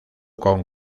con